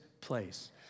place